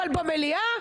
אבל במליאה?